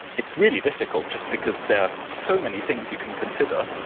it's really difficult just because there are so many things you can consider,